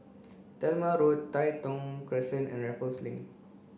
Talma Road Tai Thong Crescent and Raffles Link